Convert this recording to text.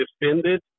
defended